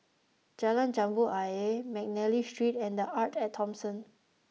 Jalan Jambu Ayer McNally Street and The Arte at Thomson